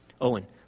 Owen